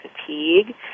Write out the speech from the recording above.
fatigue